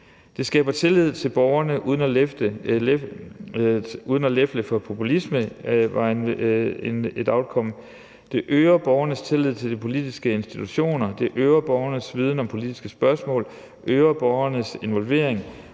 Det skaber tillid til borgerne uden at lefle for populisme, var også et udkomme af det. Det øger borgernes tillid til de politiske institutioner, det øger borgernes viden om politiske spørgsmål, øger borgernes involvering